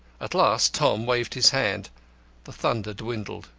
at last tom waved his hand the thunder dwindled,